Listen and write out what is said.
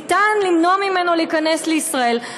ניתן למנוע ממנו להיכנס לישראל.